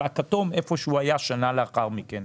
והצבע הכתום איפה שזה שנה לאחר מכן,